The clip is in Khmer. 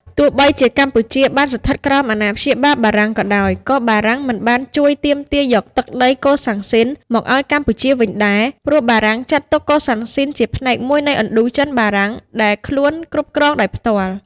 ទោះបីជាកម្ពុជាបានស្ថិតក្រោមអាណាព្យាបាលបារាំងក៏ដោយ ក៏បារាំងមិនបានជួយទាមទារយកទឹកដីកូសាំងស៊ីនមកឱ្យកម្ពុជាវិញដែរ ព្រោះបារាំងចាត់ទុកកូសាំងស៊ីនជាផ្នែកមួយនៃ ឥណ្ឌូចិនបារាំង ដែលខ្លួនគ្រប់គ្រងដោយផ្ទាល់។